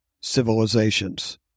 civilizations